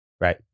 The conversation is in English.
Right